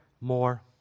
more